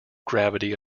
gravity